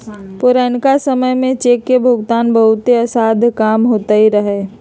पुरनका समय में चेक के भुगतान बहुते असाध्य काम होइत रहै